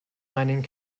mining